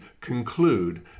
conclude